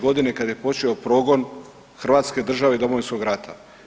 Godine kada je počeo progon Hrvatske države i Domovinskog rata.